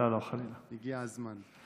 הגיע הזמן.